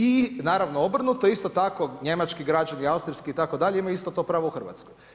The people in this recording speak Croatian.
I naravno obrnuto, isto tako njemački građani, austrijski itd. imaju isto to pravo u Hrvatskoj.